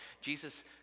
Jesus